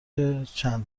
چندلر